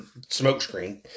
smokescreen